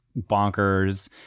bonkers